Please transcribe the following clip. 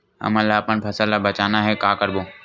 हमन ला अपन फसल ला बचाना हे का करबो?